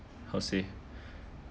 how to say